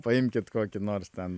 paimkit kokį nors ten